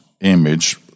image